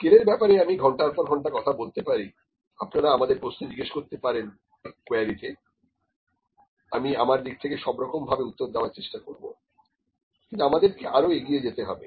scale এর ব্যাপারে আমি ঘন্টার পর ঘন্টা কথা বলতে পারি আপনারা আপনাদের প্রশ্ন জিজ্ঞেস করতে পারেন কুয়েরি তে আমি আমার দিক থেকে সব রকম ভাবে উত্তর দেওয়ার চেষ্টা করব কিন্তু আমাদেরকে আরো এগিয়ে যেতে হবে